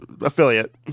affiliate